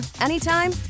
anytime